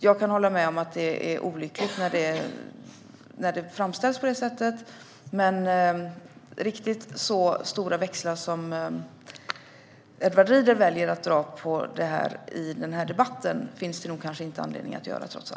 Jag kan hålla med om att det är olyckligt när det framställs på det sättet, men riktigt så stora växlar som Edward Riedl väljer att dra på detta i debatten finns det kanske trots allt inte anledning att dra.